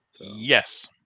Yes